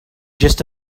just